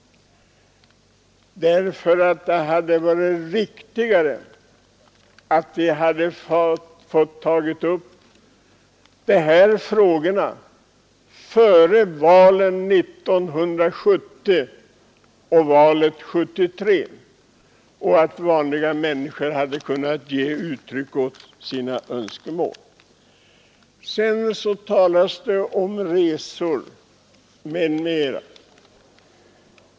Det hade varit riktigare att vi fått ta upp dessa arvodesfrågor under och före valen 1970 och 1973, så att vanliga människor hade kunnat ge uttryck åt sina önskemål. Sedan talas det om resor.